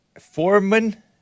Foreman